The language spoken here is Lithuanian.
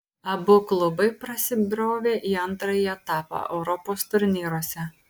abu klubai prasibrovė į antrąjį etapą europos turnyruose